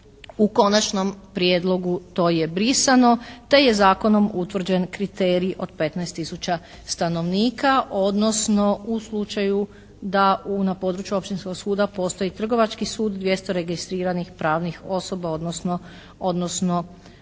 U konačnom prijedlogu to je brisano te je zakonom utvrđen kriterij od 15 tisuća stanovnika odnosno u slučaju da na području općinskog suda postoji trgovački sud 200 registriranih pravnih osoba odnosno